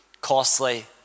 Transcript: costly